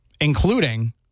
including